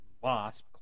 Wasp